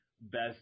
best